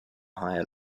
higher